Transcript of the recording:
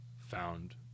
found